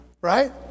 right